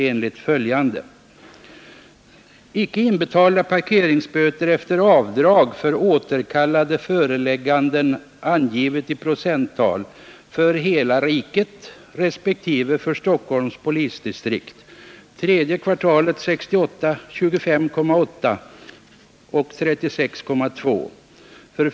Det gäller alltså icke betalda parkeringsböter efter avdrag för återkallade förelägganden, angivna i procenttal, för hela riket respektive för Stockholms polisdistrikt.